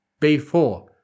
B4